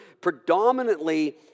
predominantly